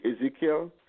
Ezekiel